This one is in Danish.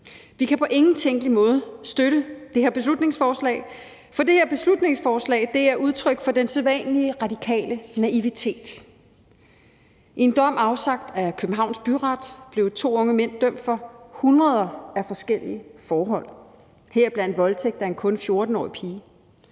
Vi kan på ingen tænkelig måde støtte det her beslutningsforslag, for det er udtryk for den sædvanlige radikale naivitet. I en dom afsagt af Københavns Byret blev to unge mænd dømt for hundreder af forskellige forhold, heriblandt voldtægt af en kun 14-årig pige.